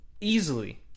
easily